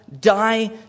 Die